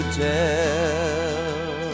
tell